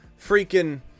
freaking